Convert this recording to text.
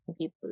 people